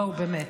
בואו באמת.